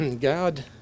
God